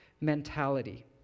mentality